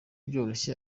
byoroshye